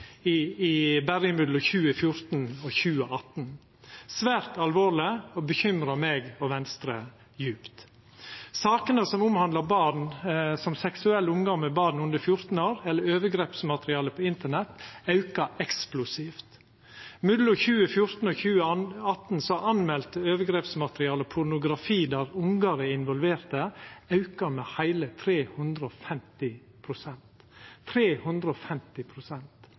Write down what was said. berre mellom 2014 og 2018. Det er svært alvorleg og bekymrar meg og Venstre djupt. Sakene som omhandlar barn, som seksuell omgang med barn under 14 år, og overgrepsmateriale på internett, aukar eksplosivt. Mellom 2014 og 2018 har meldt overgrepsmateriale, pornografi der ungar er involverte, auka med